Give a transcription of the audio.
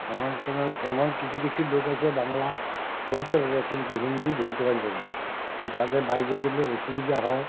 এমন তোমার তেমন কিছু কিছু লোক আছে বাংলা বলতে পারে কিন্তু হিন্দি বলতে পারবে নাই কারণ তাদের বাইরে গেলে অসুবিধা হয়